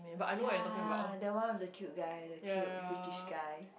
ya the one is a cute guys the cute British guy